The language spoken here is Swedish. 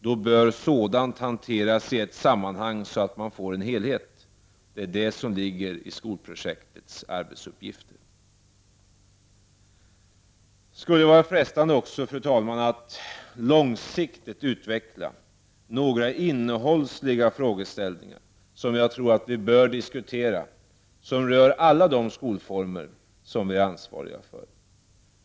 En sådan bör hanteras i ett sammanhang, så att man får till stånd en helhet, och det ingår i skolprojektets arbetsuppgifter; Det skulle också vara frestande, fru talman, att långsiktigt utveckla några innehållsmässiga frågeställningar, som jag tror att vi bör diskutera och som berör alla de skolformer som vi är ansvariga för.